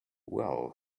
well